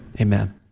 Amen